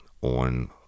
on